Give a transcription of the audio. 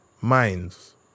minds